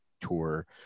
tour